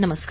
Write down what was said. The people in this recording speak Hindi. नमस्कार